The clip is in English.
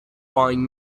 buying